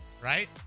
right